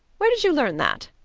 where did you learn that?